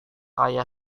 ayah